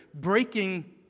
breaking